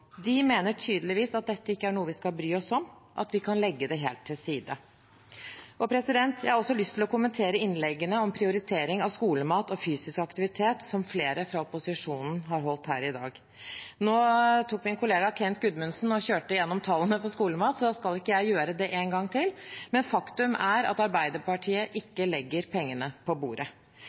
De mener tydeligvis at dette ikke er noe vi skal bry oss om, at vi kan legge det helt til side. Jeg har også lyst til å kommentere innleggene som flere fra opposisjonen har holdt her i dag, om prioritering av skolemat og fysisk aktivitet. Nå tok min kollega Kent Gudmundsen og kjørte igjennom tallene for skolemat, så da skal ikke jeg gjøre det en gang til, men faktum er at Arbeiderpartiet ikke legger pengene på bordet.